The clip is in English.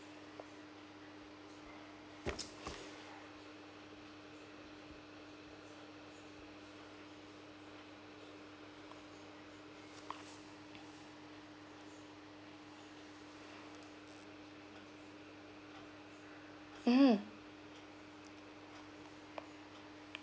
mmhmm